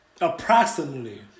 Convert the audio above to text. approximately